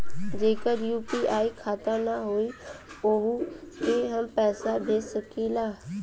जेकर यू.पी.आई खाता ना होई वोहू के हम पैसा भेज सकीला?